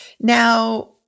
Now